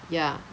ya